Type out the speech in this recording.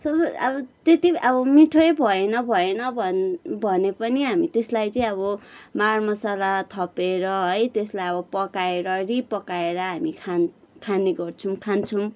अब त्यति अब मिठै भएन भएन भन् भने पनि हामी त्यसलाई चाहिँ अब मारमसाला थपेर है त्यसलाईअब पकाएर रि पकाएर हामी खान् खाने गर्छौँ खान्छौँ